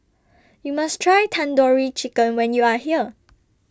YOU must Try Tandoori Chicken when YOU Are here